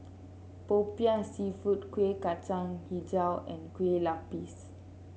popiah seafood Kuih Kacang hijau and Kueh Lupis